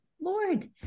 Lord